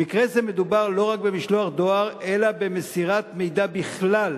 במקרה זה מדובר לא רק במשלוח דואר אלא במסירת מידע בכלל,